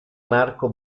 marco